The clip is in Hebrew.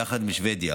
יחד עם שבדיה.